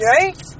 Right